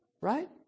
right